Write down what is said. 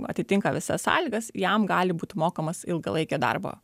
atitinka visas sąlygas jam gali būt mokamos ilgalaikio darbo